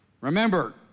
Remember